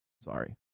Sorry